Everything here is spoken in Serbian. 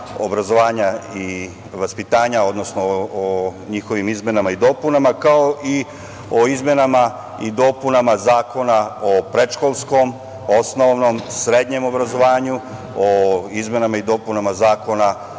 obrazovanja i vaspitanja, odnosno o njihovim izmenama i dopunama, kao i o izmenama i dopunama Zakona o predškolskom, osnovnom, srednjem obrazovanju, o izmenama i dopunama Zakona